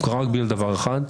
הוא קרה רק בגלל דבר אחד,